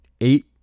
eight